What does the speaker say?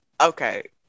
Okay